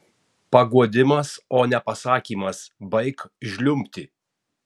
paguodimas o ne pasakymas baik žliumbti